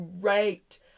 great